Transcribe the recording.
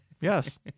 Yes